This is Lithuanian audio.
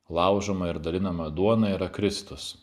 laužoma ir dalinama duona yra kristus